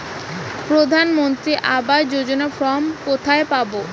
প্রধান মন্ত্রী আবাস যোজনার ফর্ম কোথায় পাব?